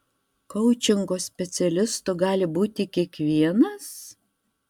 koučingo specialistu gali būti kiekvienas